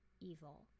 evil